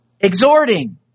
Exhorting